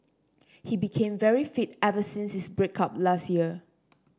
he became very fit ever since his break up last year